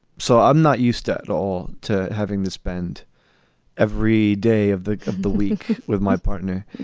so i'm not used at all to having to spend every day of the of the week with my partner.